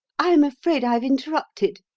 i am afraid i've interrupted.